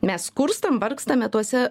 mes skurstam vargstame tuose